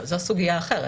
טוב, זו סוגיה אחרת.